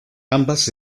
ambas